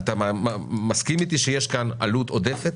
אתה מסכים אתי שיש כאן עלות חיצונית עודפת?